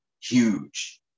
Huge